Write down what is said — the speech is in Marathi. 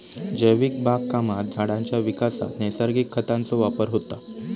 जैविक बागकामात झाडांच्या विकासात नैसर्गिक खतांचो वापर होता